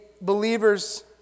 believers